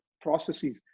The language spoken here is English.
processes